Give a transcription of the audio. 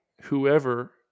whoever